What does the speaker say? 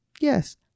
yes